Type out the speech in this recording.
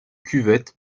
cuvette